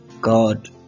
God